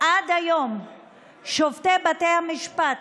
עד היום שופטי בתי המשפט,